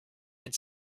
had